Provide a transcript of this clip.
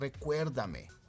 recuérdame